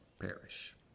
perish